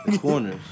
Corners